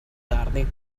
tardi